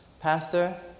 Pastor